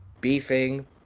beefing